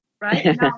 right